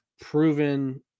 proven